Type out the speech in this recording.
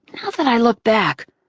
now that i look back,